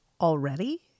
already